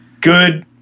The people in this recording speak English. Good